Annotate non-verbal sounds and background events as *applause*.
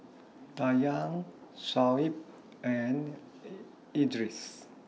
Dayang Shoaib and *unintelligible* Idris